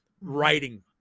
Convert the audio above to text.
writing